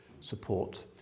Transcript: support